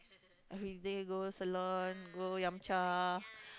everyday go salon go yum-cha